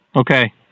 Okay